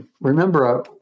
Remember